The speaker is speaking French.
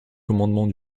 commandements